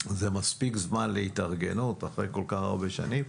זה מספיק זמן להתארגנות אחרי כל-כך הרבה שנים,